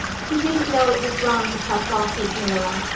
he didn't know it was wrong to tell falsehoods, marilla.